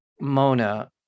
Mona